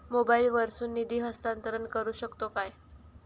मोबाईला वर्सून निधी हस्तांतरण करू शकतो काय?